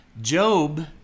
Job